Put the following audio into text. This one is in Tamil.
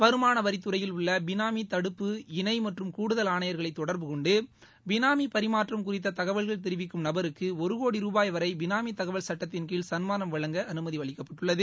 வருமான வரித்துறையில் உள்ள பினாமி தடுப்பு இணை மற்றும் கூடுதல் ஆணையர்களை தொடர்புகொண்டு பினாமி பரிமாற்றம் குறித்த தகவல்கள் தெரிவிக்கும் நபருக்கு ஒரு கோடி ருபாய் வரை பினாமி தகவல் திட்டத்தின்கீழ் சன்மானம் வழங்க அனுமதி அளிக்கப்பட்டுள்ளது